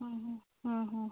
ആ ആ